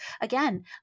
again